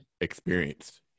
experienced